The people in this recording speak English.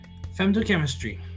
Femtochemistry